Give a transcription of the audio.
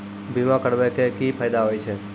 बीमा करबै के की फायदा होय छै?